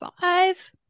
five